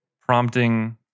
prompting